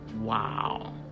Wow